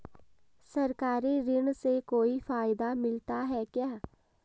सरकारी ऋण से कोई फायदा मिलता है क्या?